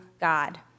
God